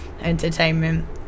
entertainment